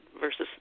versus